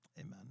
Amen